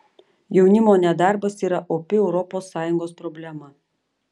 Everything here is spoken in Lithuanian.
jaunimo nedarbas yra opi europos sąjungos problema